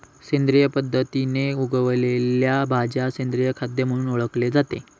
सेंद्रिय पद्धतीने उगवलेल्या भाज्या सेंद्रिय खाद्य म्हणून ओळखले जाते